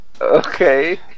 Okay